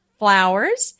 flowers